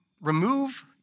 remove